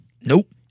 Nope